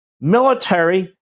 military